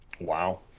wow